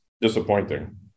disappointing